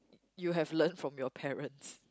you have learned from your parents